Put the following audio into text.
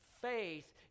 faith